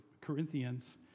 Corinthians